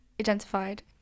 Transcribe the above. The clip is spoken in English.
identified